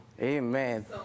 Amen